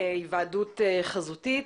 בהיוועדות חזותית),